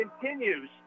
continues